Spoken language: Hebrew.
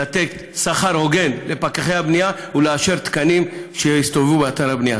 לתת שכר הוגן לפקחי הבנייה ולאשר תקנים כדי שיסתובבו באתרי הבנייה.